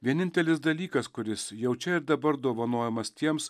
vienintelis dalykas kuris jau čia ir dabar dovanojamas tiems